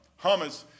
hummus